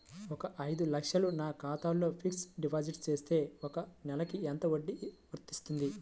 ఒక ఐదు లక్షలు నా ఖాతాలో ఫ్లెక్సీ డిపాజిట్ చేస్తే ఒక నెలకి ఎంత వడ్డీ వర్తిస్తుంది?